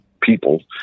people